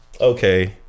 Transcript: Okay